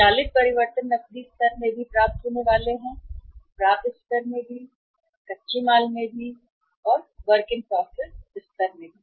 स्वचालित परिवर्तन नकदी स्तर में भी प्राप्त होने वाले हैं प्राप्य स्तर में भी कच्चे माल में भी स्तर भी और WIP स्तर में भी